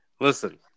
Listen